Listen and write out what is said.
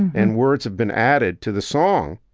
and words have been added to the song,